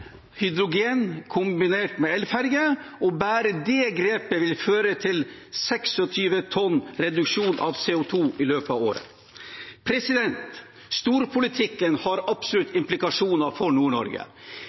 hydrogen- kombinert med elferge. Bare det grepet vil føre til 26 tonn reduksjon av CO 2 i løpet av året. Storpolitikken har absolutt